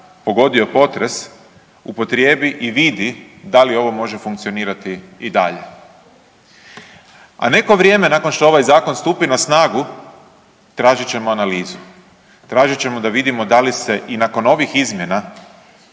pogodio potres upotrijebi i vidi da li ovo može funkcionirati i dalje. A neko vrijeme nakon što ovaj zakon stupi na snagu tražit ćemo analizu, tražit ćemo da vidimo da li se i nakon ovih izmjena